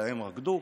הן רקדו.